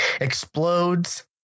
explodes